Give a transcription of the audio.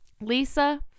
Lisa